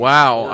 Wow